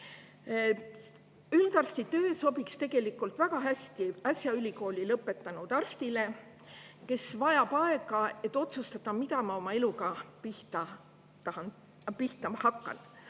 Üldarstitöö sobiks tegelikult väga hästi äsja ülikooli lõpetanud arstile, kes vajab aega, et otsustada, mida ta oma eluga pihta hakkab.